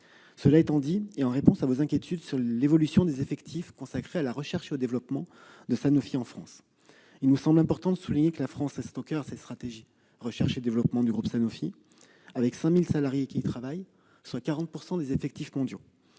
Cela étant dit, en réponse à vos inquiétudes sur l'évolution des effectifs consacrés à la recherche et développement de Sanofi en France, il nous semble important de souligner que la France reste au coeur de la stratégie de recherche et développement du groupe Sanofi puisque 5 000 salariés y travaillent, soit 40 % des effectifs mondiaux.